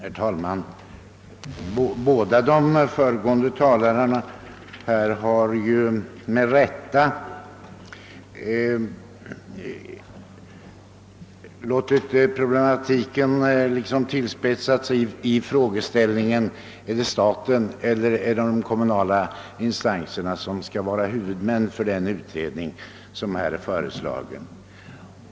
Herr talman! De båda föregående talarna har med rätta tillspetsat problematiken i frågeställningen: Är det staten eller de kommunala instanserna som skall vara huvudmän för den föreslagna utredningen?